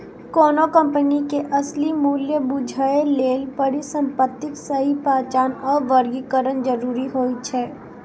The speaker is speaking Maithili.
कोनो कंपनी के असली मूल्य बूझय लेल परिसंपत्तिक सही पहचान आ वर्गीकरण जरूरी होइ छै